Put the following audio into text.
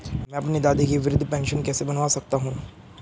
मैं अपनी दादी की वृद्ध पेंशन कैसे बनवा सकता हूँ?